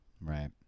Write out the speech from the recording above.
Right